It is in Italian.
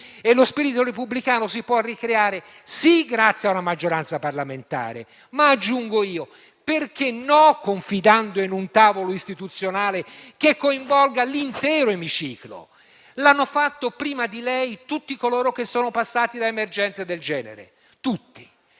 e lo spirito repubblicano si può ricreare, sì, grazie a una maggioranza parlamentare, ma - aggiungo io - perché non confidando in un tavolo istituzionale che coinvolga l'intero Emiciclo? L'hanno fatto prima di lei tutti coloro che sono passati da emergenze del genere.